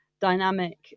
dynamic